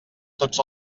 tots